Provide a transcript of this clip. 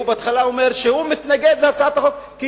בהתחלה הוא אומר שהוא מתנגד להצעת החוק כי